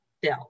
Bill